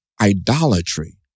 idolatry